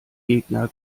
gegner